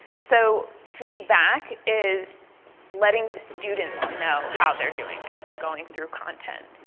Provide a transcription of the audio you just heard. so feedback is letting the students know how they're doing as they're going through content.